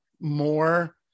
more